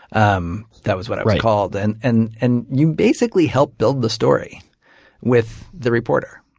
um that was what i was called. and and and you basically help build the story with the reporter.